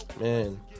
Man